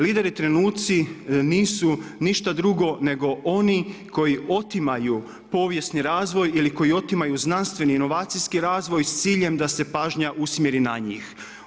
Lideri trenuci nisu ništa drugo nego oni koji otimaju povijesni razvoj ili koji otimaju znanstveni i inovacijski razvoj s ciljem da se pažnja usmjeri na njih.